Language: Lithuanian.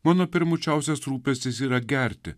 mano pirmučiausias rūpestis yra gerti